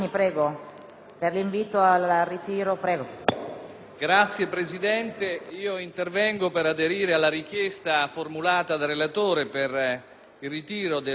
Signora Presidente, intervengo per aderire alla richiesta formulata dal relatore per il ritiro dell'emendamento 1.200